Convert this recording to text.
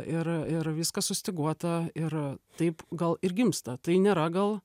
ir ir viskas sustyguota ir taip gal ir gimsta tai nėra gal